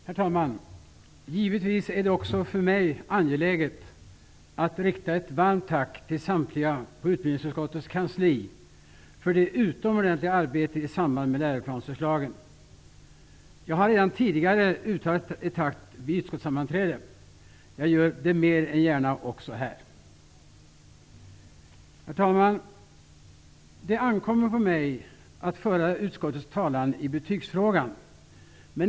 Herr talman! Givetvis är det också för mig angeläget att rikta ett varmt tack till samtliga på utbildningsutskottets kansli för det utomordentliga arbetet i samband med läroplansförslagen. Jag har redan tidigare uttalat ett tack vid ett utskottssammanträde. Jag gör det mer än gärna också här. Herr talman! Det ankommer på mig att föra utskottets talan i betygsfrågan.